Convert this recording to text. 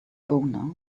boner